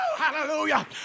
Hallelujah